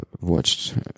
watched